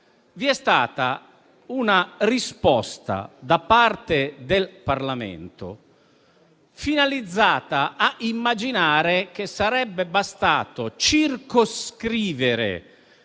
vi è stata una risposta da parte del Parlamento finalizzata ad immaginare che sarebbe bastato circoscrivere